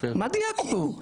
מה דייקת פה?